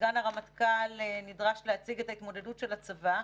שסגן הרמטכ"ל נדרש להציג את ההתמודדות של הצבא.